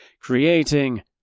creating